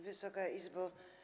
Wysoka Izbo!